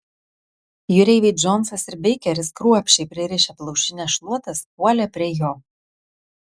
jūreiviai džonsas ir beikeris kruopščiai pririšę plaušines šluotas puolė prie jo